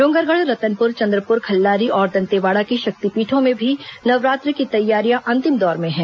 डोंगरगढ़ रतनपुर चन्द्रपुर खल्लारी और दन्तेवाड़ा की शक्तिपीठों में भी नवरात्र की तैयारियां अंतिम दौर में हैं